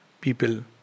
people